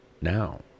now